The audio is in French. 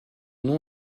nom